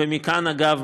ואגב,